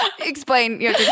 explain